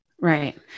Right